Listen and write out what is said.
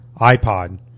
iPod